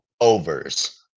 Overs